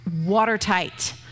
watertight